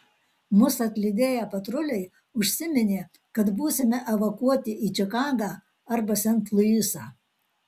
mus atlydėję patruliai užsiminė kad būsime evakuoti į čikagą arba sent luisą